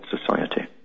society